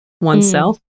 oneself